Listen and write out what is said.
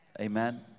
Amen